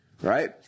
Right